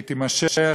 והיא תימשך,